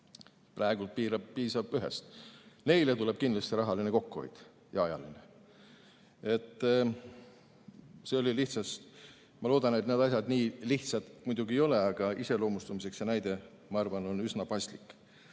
praegu piisab ühest. Neil tuleb kindlasti rahaline ja ajaline kokkuhoid. Ma loodan, et need asjad nii lihtsad muidugi ei ole, aga iseloomustamiseks see näide, ma arvan, on üsna paslik.